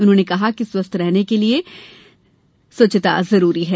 उन्होंने कहा कि स्वस्थ रहने के लिये भी स्वच्छता जरूरी है